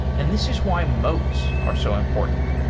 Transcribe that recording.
and this is why moats are so important.